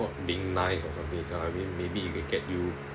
called being nice or something itself I mean maybe you can get you